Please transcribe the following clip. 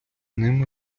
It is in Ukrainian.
ними